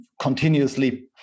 continuously